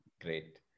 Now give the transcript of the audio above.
Great